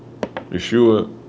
Yeshua